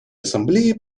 ассамблеи